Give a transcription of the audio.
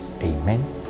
Amen